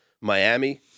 Miami